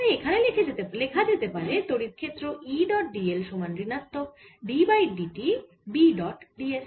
তাই এখানে লেখা যেতে পারে তড়িৎ ক্ষেত্র E ডট dl সমান ঋণাত্মক d by dt B dot d s